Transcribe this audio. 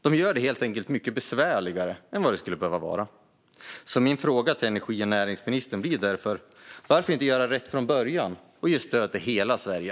Man gör det helt enkelt mycket besvärligare än det skulle behöva vara. Min fråga till energi och näringsministern blir därför: Varför inte göra rätt från början och ge stöd till hela Sverige?